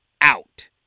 out